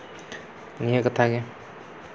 ᱱᱤᱭᱟᱹ ᱠᱟᱛᱷᱟ ᱜᱮ